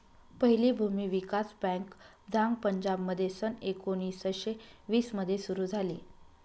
पहिली भूमी विकास बँक झांग पंजाबमध्ये सन एकोणीसशे वीस मध्ये सुरू झाली